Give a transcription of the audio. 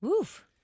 Oof